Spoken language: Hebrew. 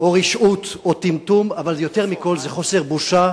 או רשעות או טמטום, אבל יותר מכול זה חוסר בושה